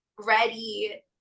ready